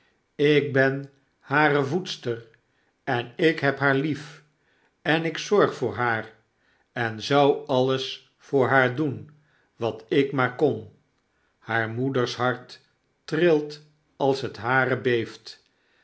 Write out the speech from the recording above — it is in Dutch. ik ben hare voedster en ik heb haar lief en ik zorg voor haar en zou alles voor haar doen wat ik maar kon haar moeders hart trilt als het hare beeft